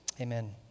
Amen